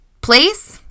place